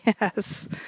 Yes